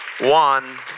One